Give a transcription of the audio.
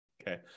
okay